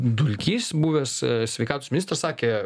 dulkys buvęs sveikatos ministras sakė